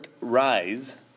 rise